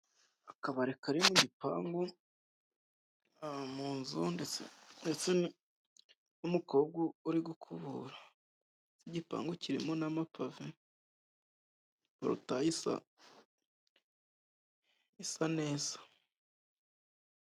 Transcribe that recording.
Akabari karimo igipangu mu nzu ndetse n'umukobwa, uri gukubura igipangu kirimo n'amapave porutayi isa neza.